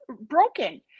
broken